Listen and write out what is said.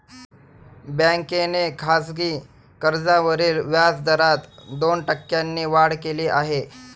बँकेने खासगी कर्जावरील व्याजदरात दोन टक्क्यांनी वाढ केली आहे